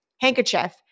handkerchief